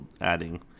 adding